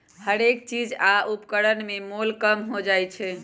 हरेक चीज आ उपकरण में मोल कम हो जाइ छै